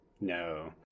No